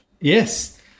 Yes